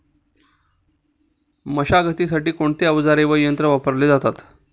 मशागतीसाठी कोणते अवजारे व यंत्र वापरले जातात?